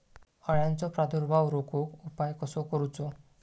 अळ्यांचो प्रादुर्भाव रोखुक उपाय कसो करूचो?